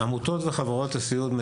עמותות וחברות הסיעוד,